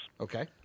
Okay